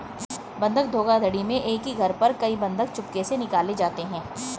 बंधक धोखाधड़ी में एक ही घर पर कई बंधक चुपके से निकाले जाते हैं